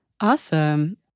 Awesome